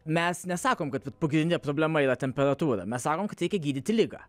mes nesakom kad pagrindinė problema yra temperatūra mes sakom kad reikia gydyti ligą